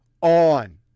on